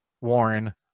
Warren